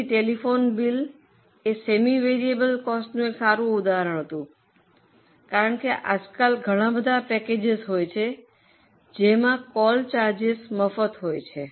તેથી telephone bill એ semi variable કોસ્ટનું એક સારું ઉદાહરણ હતું કારણ કે આજકાલ ઘણા બધા પેકેજો છે જ્યાં કોલ ચાર્જિસ મફત છે